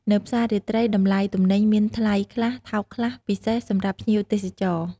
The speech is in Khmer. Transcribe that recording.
នៅផ្សាររាត្រី តម្លៃទំនិញមានថ្លៃខ្លះ ថោកខ្លះ ពិសេសសម្រាប់ភ្ញៀវទេសចរ។